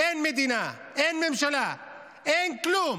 אין מדינה, אין ממשלה, אין כלום.